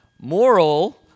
Moral